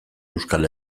euskal